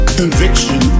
conviction